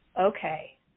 okay